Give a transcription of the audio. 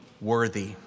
worthy